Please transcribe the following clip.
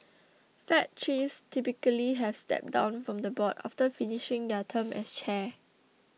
fed chiefs typically have stepped down from the board after finishing their term as chair